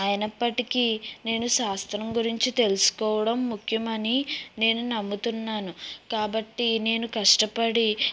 అయినప్పటికీ నేను శాస్త్రం గురించి తెలుసుకోవడం ముఖ్యమని నేను నమ్ముతున్నాను కాబట్టి నేను కష్టపడి